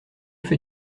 fais